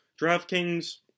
DraftKings